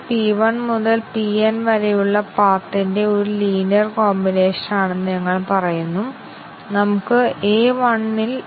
ഇപ്പോൾ multiple condition decision coverage എന്താണെന്ന് നമുക്ക് നോക്കാം